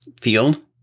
field